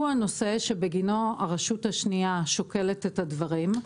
הוא הנושא שבגינו הרשות השנייה שוקלת את הדברים.